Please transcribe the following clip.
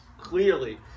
clearly